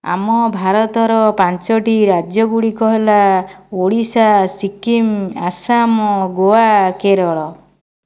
ଆମ ଭାରତର ପାଞ୍ଚୋଟି ରାଜ୍ୟ ଗୁଡ଼ିକ ହେଲା ଓଡ଼ିଶା ସିକିମ ଆସାମ ଗୋଆ କେରଳ